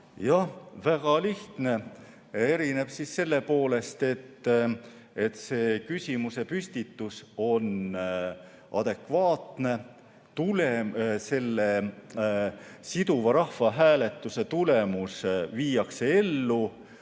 Väga lihtne. Erineb selle poolest, et küsimusepüstitus on adekvaatne, siduva rahvahääletuse tulemus viiakse ellu,